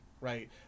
right